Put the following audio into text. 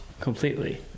completely